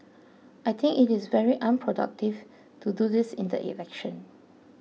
I think it is very unproductive to do this in the election